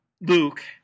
luke